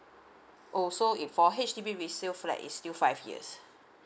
oh so it for H_D_B resale flat is still five years